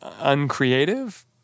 uncreative